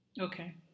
Okay